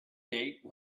date